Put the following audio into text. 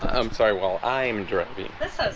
i'm sorry. well, i am dropping this